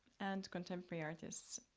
and contemporary artists,